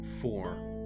Four